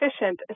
efficient